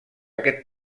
aquest